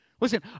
Listen